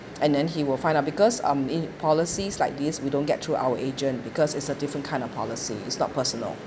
and then he will find out because um in policies like this we don't get through our agent because it's a different kind of policy it's not personal